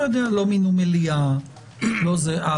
אולי לא מינו מליאה או משהו אחר.